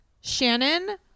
Shannon